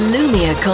Lumia